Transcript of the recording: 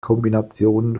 kombinationen